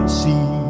see